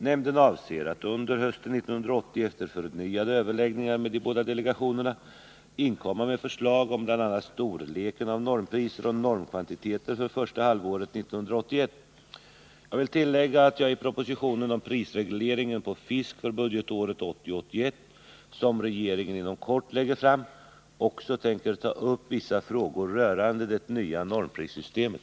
Nämnden avser att under hösten 1980 efter förnyade överläggningar med de båda delegationerna inkomma med förslag om bl.a. storleken av normpriser och normkvantiteter för första halvåret 1981. Jag vill tillägga att jag i propositionen om prisregleringen på fisk för budgetåret 1980/81, som regeringen inom kort lägger fram, också tänker ta upp vissa frågor rörande det nya normprissystemet.